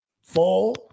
fall